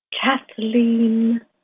Kathleen